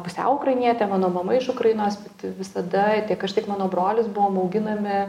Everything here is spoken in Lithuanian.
pusiau ukrainietė mano mama iš ukrainos visada tiek aš tiek mano brolis buvom auginami